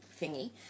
thingy